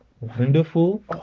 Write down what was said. Wonderful